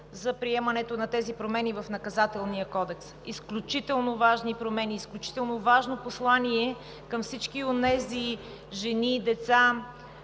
за приемането на тези промени в Наказателния кодекс – изключително важни промени, изключително важно послание към всички онези жени и деца,